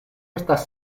estas